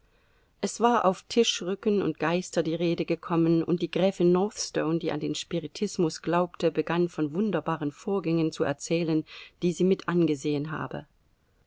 es war auf tischrücken und geister die rede gekommen und die gräfin northstone die an den spiritismus glaubte begann von wunderbaren vorgängen zu erzählen die sie mit angesehen habe